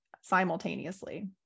simultaneously